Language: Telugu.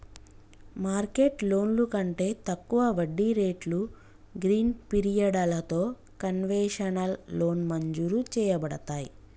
మార్కెట్ లోన్లు కంటే తక్కువ వడ్డీ రేట్లు గ్రీస్ పిరియడలతో కన్వెషనల్ లోన్ మంజురు చేయబడతాయి